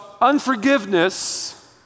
unforgiveness